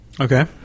Okay